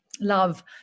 love